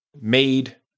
made